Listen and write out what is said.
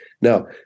now